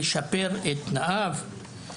לשפר את תנאיו,